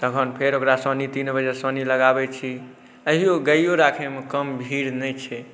तखन फेर ओकरा सानी तीन बजे सानी लगाबै छी अहिओ गाइओ राखैमे कम भीड़ नहि छै